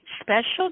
special